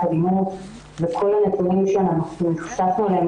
אלימות וכל הנתונים שנחשפנו אליהם,